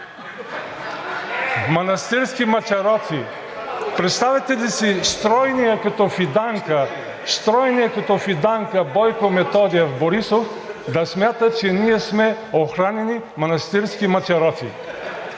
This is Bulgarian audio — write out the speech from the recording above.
реплики от ГЕРБ-СДС.) Представяте ли си стройният като фиданка Бойко Методиев Борисов да смята, че ние сме охранени манастирски мачароци?